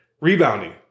Rebounding